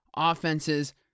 offenses